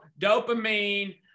dopamine